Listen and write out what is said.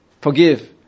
forgive